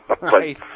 Right